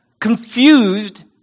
confused